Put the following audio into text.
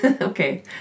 Okay